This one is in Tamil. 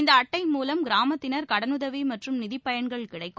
இந்த அட்டை மூலம் கிராமத்தினர் கடனுதவி மற்றும் நிதி பயன்கள் கிடைக்கும்